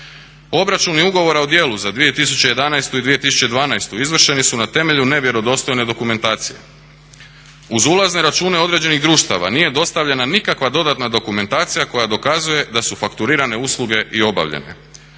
Obračuni ugovora o djelu za 2011. i 2012. izvršeni su na temelju nevjerodostojne dokumentacije. Uz ulazne račune određenih društava nije dostavljena nikakva dodatna dokumentacija koja dokazuje da su fakturirane usluge i obavljene.